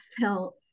felt